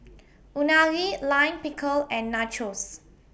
Unagi Lime Pickle and Nachos